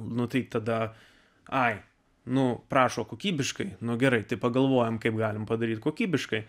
nu tai tada ai nu prašo kokybiškai nu gerai tai pagalvojame kaip galime padaryti kokybiškai